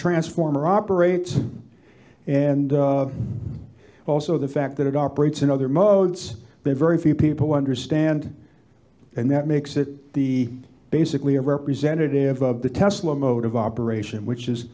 transformer operates and also the fact that it operates in other modes that very few people understand and that makes it the basically a representative of the tesla mode of operation which is